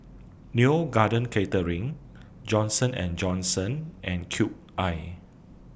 Neo Garden Catering Johnson and Johnson and Cube I